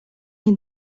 nie